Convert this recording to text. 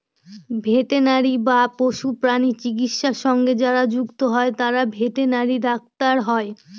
veterinary বা পশুপ্রাণী চিকিৎসা সঙ্গে যারা যুক্ত হয় তারা ভেটেনারি ডাক্তার হয়